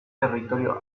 territorio